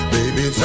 Baby